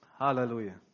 Hallelujah